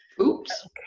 Oops